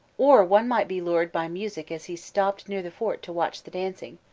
or one might be lured by music as he stopped near the fort to watch the dancing,